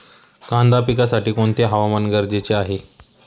कांदा पिकासाठी कोणते हवामान गरजेचे आहे?